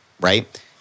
Right